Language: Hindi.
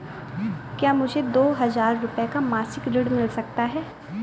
क्या मुझे दो हजार रूपए का मासिक ऋण मिल सकता है?